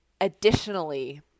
additionally